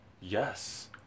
Yes